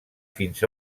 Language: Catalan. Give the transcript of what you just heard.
fins